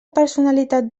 personalitat